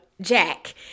Jack